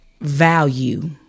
Value